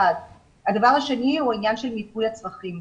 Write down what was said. הדבר השני הוא העניין של מיפוי הצרכים.